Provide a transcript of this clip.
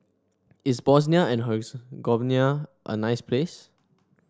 is Bosnia and Herzegovina a nice place